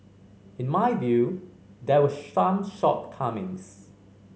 in my view there were some shortcomings